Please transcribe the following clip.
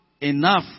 enough